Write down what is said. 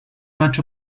much